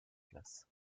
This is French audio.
place